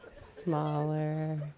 smaller